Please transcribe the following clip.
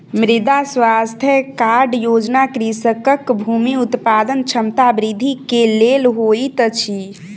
मृदा स्वास्थ्य कार्ड योजना कृषकक भूमि उत्पादन क्षमता वृद्धि के लेल होइत अछि